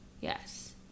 yes